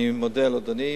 אני מודה לאדוני.